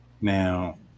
Now